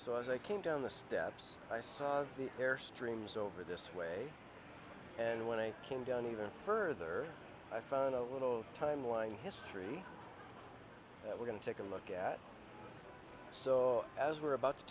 so as i came down the steps i saw the airstreams over this way and when i came down even further i found a little timeline history we're going to take a look at as we're about to